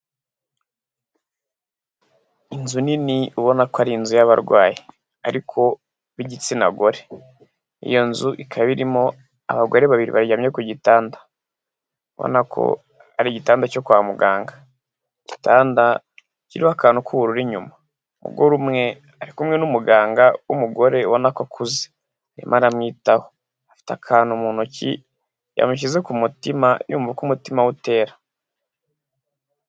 Inzu nini ubona ko ari inzu y'abarwayi ariko b'igitsina gore iyo nzu ikaba irimo abagore babiri baryamye ku gitanda ubona ko ari igitanda cyo kwa mugangatanda kiriho akantu k'uburura inyuma umugore umwe ari kumwe n'umuganga wumugore wa na kokuze e imana aramwitaho afite akantu mu ntoki yamushyize ku mutima yumva ko umutima we utera.